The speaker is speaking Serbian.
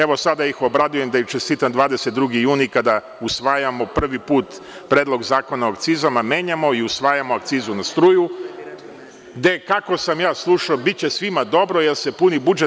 Evo, sada da ih obradujem, da im čestitam 22. jun, kada usvajamo prvi put, Predlog zakona o akcizama menjamo i usvajamo akcizu na struju, gde, kako sam ja slušao, biće svima dobro, jer se puni budžet.